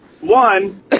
One